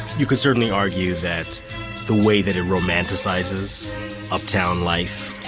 you could certainly argue that the way that it romanticizes uptown life,